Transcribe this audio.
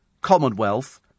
commonwealth